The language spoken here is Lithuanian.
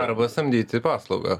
arba samdyti paslaugą